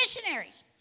missionaries